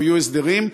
ויהיו הסדרים,